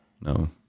no